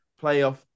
playoff